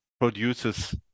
produces